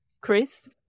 Chris